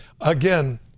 again